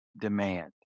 demand